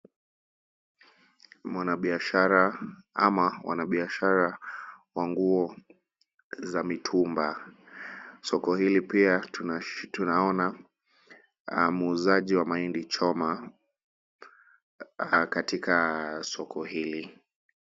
Mwanabiashara ama wanabiashara wa nguo za mitumba. Soko hili pia tunaona muuzaji wa mahindi choma katika soko hili.